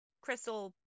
crystal